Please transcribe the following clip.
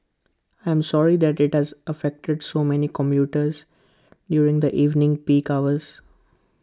I'm sorry that IT has affected so many commuters during the evening peak hours